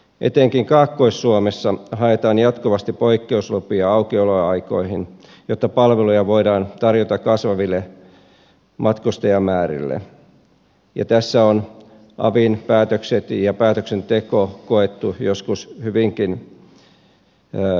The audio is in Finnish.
etenkin kaakkois suomessa haetaan jatkuvasti poikkeuslupia aukioloaikoihin jotta palveluja voidaan tarjota kasvaville matkustajamäärille ja tässä on avin päätökset ja päätöksenteko koettu joskus hyvinkin vaikeiksi